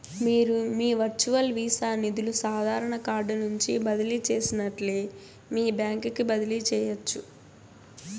మీరు మీ virtual Visa నిదులు సాదారన కార్డు నుంచి బదిలీ చేసినట్లే మీ బాంక్ కి బదిలీ చేయచ్చు